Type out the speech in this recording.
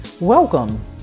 Welcome